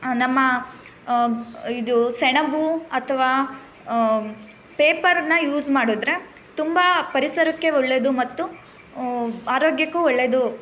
ನಮ್ಮ ಇದು ಸೆಣಬು ಅಥವಾ ಪೇಪರ್ನ ಯೂಸ್ ಮಾಡಿದ್ರೆ ತುಂಬ ಪರಿಸರಕ್ಕೆ ಒಳ್ಳೆಯದು ಮತ್ತು ಆರೋಗ್ಯಕ್ಕೂ ಒಳ್ಳೆಯದು